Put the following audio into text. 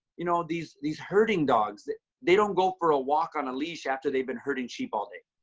you know these these herding dogs, they they don't go for a walk on a leash after they've been herding sheep all day.